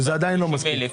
שזה עדיין לא מספיק.